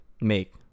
Make